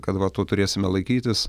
kad va to turėsime laikytis